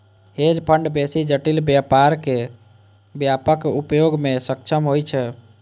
hedge fund बेसी जटिल व्यापारक व्यापक उपयोग मे सक्षम होइ छै